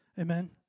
Amen